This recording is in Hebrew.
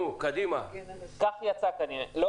לא אתה, אבל כנראה שכך יצא מדבריי.